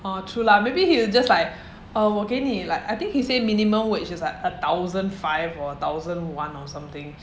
orh true lah maybe he'll just like uh 我给你 like I think he say minimum wage is like a thousand five or a thousand one or something